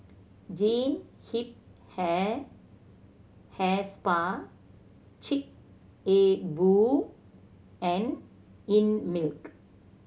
Jean Yip Hair Hair Spa Chic A Boo and Einmilk